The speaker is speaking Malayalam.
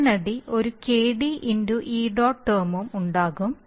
ഉടനടി ഒരു KD ė ടേമും ഉണ്ടാകും